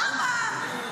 למה?